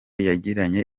yagiranye